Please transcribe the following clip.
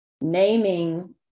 naming